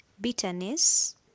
bitterness